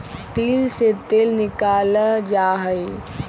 तिल से तेल निकाल्ल जाहई